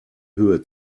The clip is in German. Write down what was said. höhe